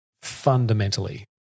fundamentally